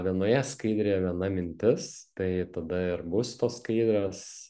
vienoje skaidrėje viena mintis tai tada ir bus tos skaidrios